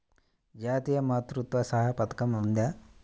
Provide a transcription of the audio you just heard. జాతీయ మాతృత్వ సహాయ పథకం ఉందా?